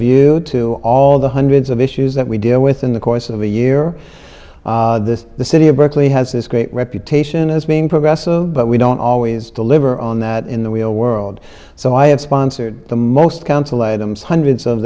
view to all the hundreds of issues that we deal with in the course of a year this the city of berkeley has this great reputation as being progressive but we don't always deliver on that in the real world so i have sponsored the most counsel adams hundreds of